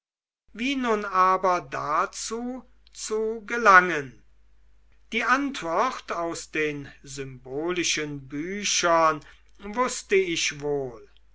wie nun aber dazu zu gelangen die antwort aus den symbolischen büchern wußte ich wohl